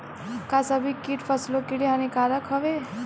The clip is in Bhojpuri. का सभी कीट फसलों के लिए हानिकारक हवें?